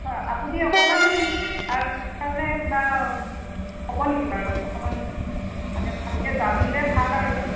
হয় আপুনি অকণমান তাৰ কাৰণে কিবা ক'ব নেকি বাৰু অকণমান মানে ভালকৈ জানিলে ভাল আৰু